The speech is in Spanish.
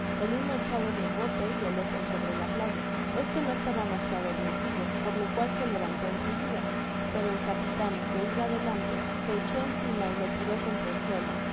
el uno echado en el bote y el otro sobre la playa este no estaba mas que adormecido por lo cual se levantó en seguida pero el capitan que iba delante se echó encima y lo tiró contra el suelo